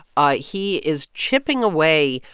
ah he is chipping away,